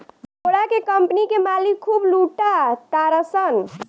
डोरा के कम्पनी के मालिक खूब लूटा तारसन